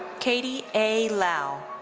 katy a. lau.